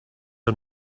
are